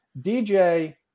DJ